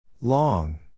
Long